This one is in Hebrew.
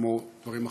כמו דברים אחרים.